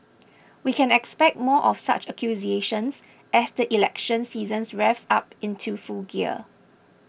we can expect more of such accusations as the election season revs up into full gear